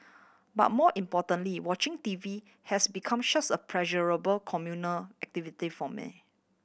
but more importantly watching T V has become such a pleasurable communal activity for me